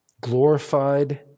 glorified